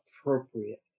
appropriate